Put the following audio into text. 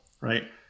right